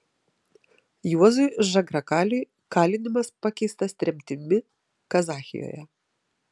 juozui žagrakaliui kalinimas pakeistas tremtimi kazachijoje